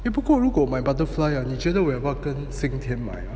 eh 不过如果买 butterfly 啊你觉得我要不要跟新天买啊